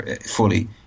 fully